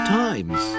times